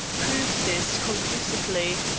proved this conclusively.